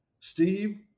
Steve